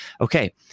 okay